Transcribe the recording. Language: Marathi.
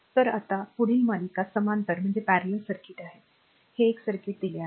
तर आता पुढील मालिका समांतर सर्किट आहे हे एक सर्किट दिले आहे